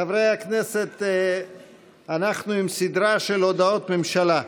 חברי הכנסת, אנחנו עם סדרה של הודעות ממשלה: